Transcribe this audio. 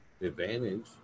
advantage